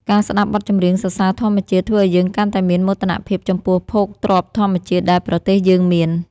ការស្ដាប់បទចម្រៀងសរសើរធម្មជាតិ ធ្វើឱ្យយើងកាន់តែមានមោទនភាពចំពោះភោគទ្រព្យធម្មជាតិដែលប្រទេសយើងមាន។